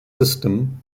system